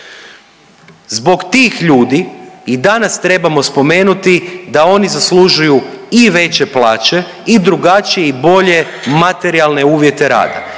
Zbog tih ljudi i danas trebamo spomenuti da oni zaslužuju i veće plaće i drugačije i bolje materijalne uvjete rada